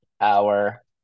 hour